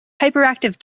hyperactive